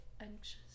anxious